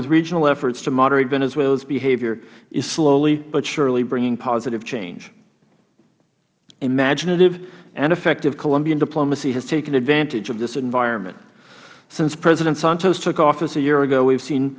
with regional efforts to moderate venezuela's behavior is slowly but surely bringing positive change imaginative and effective colombian diplomacy has taken advantage of this environment since president santos took office a year ago we have seen